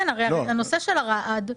השנה היא שנת הרעד,